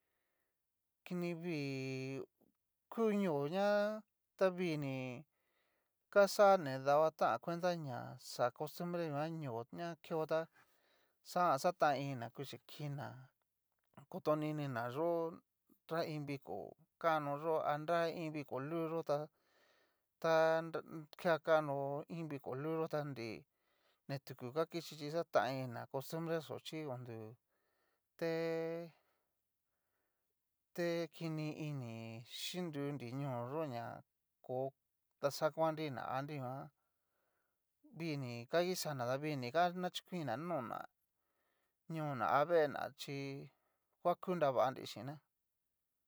Kini vii ku ñóo ñá ta vini kaxa ni davá tán cuenta ñá xa costumbre nguan ñóo ñá keo tá xajan xataini ná kuxhikina kotoniná yó'o, nra iin viko kanoyó a nra iin viko lu'u yó tá ta nra ke kanó iin viko luyó tá nri ni tuko nga kixhí chí xatan ini'ná costubre xó chí odu te. té kini ini xhinrunri ñóo yó'o ná ko daxakuanri'ná aniguan vii ni ka ixana ta vini chokuin ná nona ñona ha vée ná chí. ngua ku nravanri xhín ná.